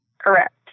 Correct